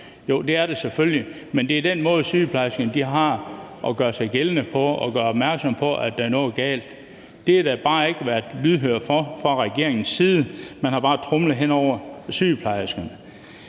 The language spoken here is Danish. jo, det er det selvfølgelig, men det er den måde, sygeplejerskerne kan gøre sig gældende på og gøre opmærksom på, at der er noget galt. Det har der bare ikke været lydhørhed over for fra regeringens side. Man har bare tromlet hen over sygeplejerskerne.